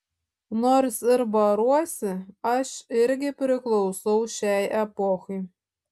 nors ir baruosi aš irgi priklausau šiai epochai